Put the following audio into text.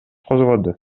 козгоду